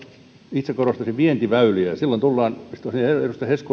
itse korostaisin vientiväyliä edustaja